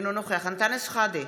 אינו נוכח אנטאנס שחאדה,